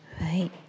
Right